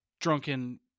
drunken